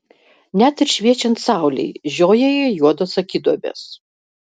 net ir šviečiant saulei žiojėja juodos akiduobės